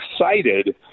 excited